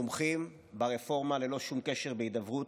תומכים ברפורמה ללא שום קשר להידברות,